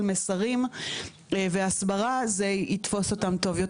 מסרים והסברה זה יתפוס אותם טוב יותר.